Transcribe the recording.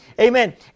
Amen